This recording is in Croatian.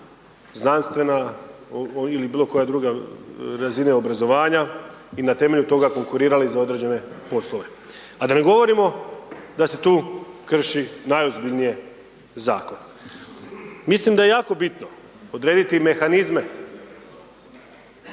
znanstvena ili bilokoja druga razina obrazovanja i na temelju toga konkurirali za određene poslove a da ne govorimo da se tu krši najozbiljnije zakon. Mislim da je jako bitno odrediti mehanizme